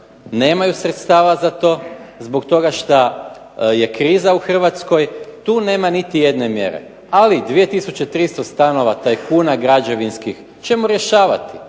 nemaju sredstava za to, zbog toga što je kriza u Hrvatskoj, tu nema nikakve mjere. Ali 2300 stanova tajkuna građevinskih ćemo rješavati.